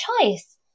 choice